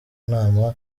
nama